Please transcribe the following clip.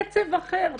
קצב אחר,